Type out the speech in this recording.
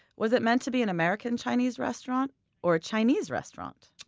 was it meant to be an american chinese restaurant or a chinese restaurant?